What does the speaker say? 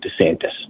DeSantis